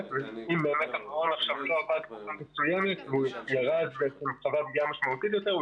--- לא עבד תקופה מסוימת והוא חווה פגיעה משמעותית יותר,